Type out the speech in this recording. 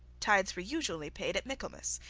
tithes were usually paid at michaelmas,